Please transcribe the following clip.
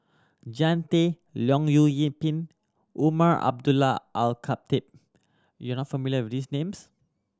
Jean Tay Leong Yoon Pin Umar Abdullah Al Khatib you are not familiar with these names